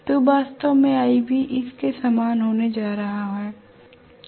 तो वास्तव में iB इस के समान होने जा रहा हूं